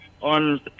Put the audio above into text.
on